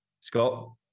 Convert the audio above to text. Scott